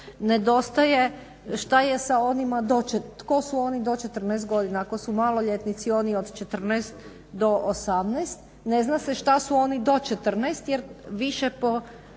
do 14, tko su oni do 14 godina, ako su maloljetnici oni od 14 do 18, ne zna se šta su oni do 14. Jer više po